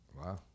Wow